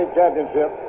Championship